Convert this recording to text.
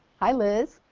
hi liz.